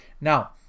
now